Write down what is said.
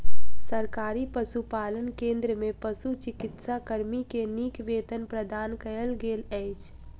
सरकारी पशुपालन केंद्र में पशुचिकित्सा कर्मी के नीक वेतन प्रदान कयल गेल अछि